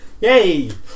Yay